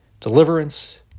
deliverance